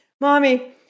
mommy